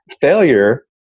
failure